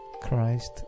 Christ